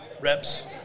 reps